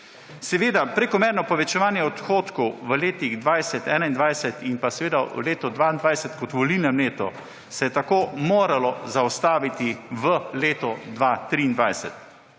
Seveda prekomerno povečevanje odhodkov v letih 2020, 2021 in v letu 2022 kot volilnem letu se je tako moralo zaustaviti v letu 2023.